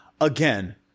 again